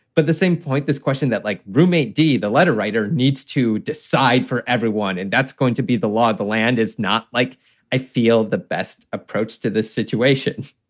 but the same point, this question that, like roommate d, the letter writer needs to decide for everyone, and that's going to be the law of the land. it's not like i feel the best approach to this situation